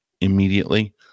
immediately